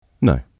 No